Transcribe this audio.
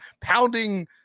pounding